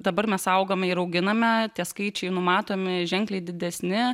dabar mes augame ir auginame tie skaičiai numatomi ženkliai didesni